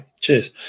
Cheers